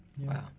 Wow